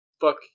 Fuck